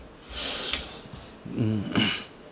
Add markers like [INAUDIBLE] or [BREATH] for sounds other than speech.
[BREATH] um [LAUGHS]